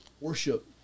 worship